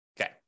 Okay